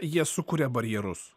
jie sukuria barjerus